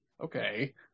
okay